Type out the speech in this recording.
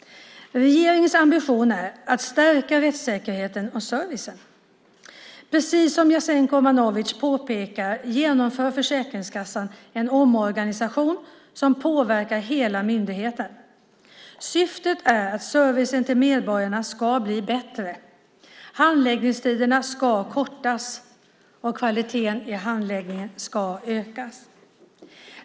Regeringens ambition är att stärka rättssäkerheten och servicen. Precis som Jasenko Omanovic påpekar genomför Försäkringskassan en omorganisation som påverkar hela myndigheten. Syftet är att servicen till medborgarna ska bli bättre. Handläggningstider ska kortas och kvaliteten i handläggningen ska öka.